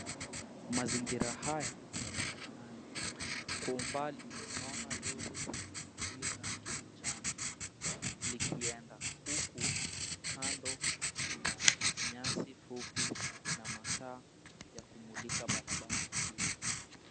Mazingira haya ni ya barabarani. Kwa umbali tunaona lori iliyo rangi ya njano likienda huku kando kuna nyasi fupi na mataa ya kumulika barabara usiku.